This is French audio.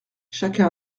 chacun